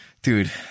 Dude